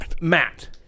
Matt